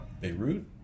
Beirut